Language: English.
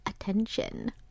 attention